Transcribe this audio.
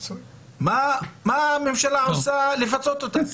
מה הממשלה עושה כדי לפצות אותם?